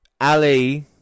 Ali